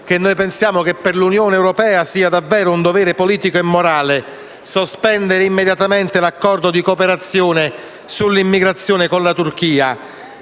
che pensiamo che per l'Unione europea sia davvero un dovere politico e morale sospendere immediatamente l'accordo di cooperazione sull'immigrazione con la Turchia.